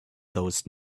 those